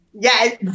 Yes